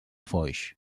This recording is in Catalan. foix